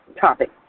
topic